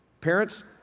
Parents